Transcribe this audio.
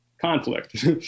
conflict